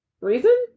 reason